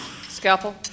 Scalpel